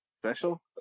special